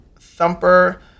Thumper